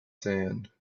sand